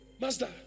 Master